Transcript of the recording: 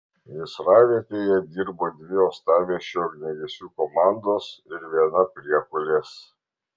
gaisravietėje dirbo dvi uostamiesčio ugniagesių komandos ir viena priekulės